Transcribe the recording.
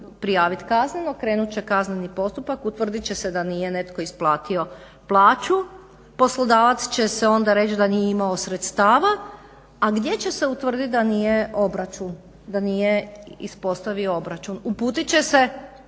prijaviti kazneno, krenut će kazneni postupak, utvrdit će se da netko nije isplatio plaću, poslodavac će onda reći da nije imao sredstava, a gdje će se utvrditi da nije obračun da nije ispostavio obračun? Uputit će se